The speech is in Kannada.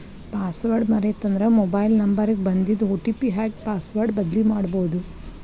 ಪಾಸ್ವರ್ಡ್ ಮರೇತಂದ್ರ ಮೊಬೈಲ್ ನ್ಂಬರ್ ಗ ಬನ್ದಿದ್ ಒ.ಟಿ.ಪಿ ಹಾಕಿ ಪಾಸ್ವರ್ಡ್ ಬದ್ಲಿಮಾಡ್ಬೊದು